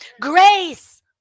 Grace